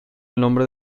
nombre